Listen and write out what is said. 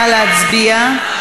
נא להצביע.